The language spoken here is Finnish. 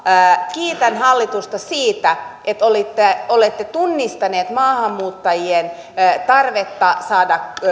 kiitän hallitusta siitä että olette tunnistaneet maahanmuuttajien tarpeen saada